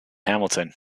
hamilton